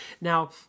Now